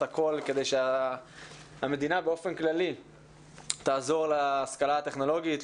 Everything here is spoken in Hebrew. הכל כדי שהמדינה באופן כללי תעזור להשכלה הטכנולוגית,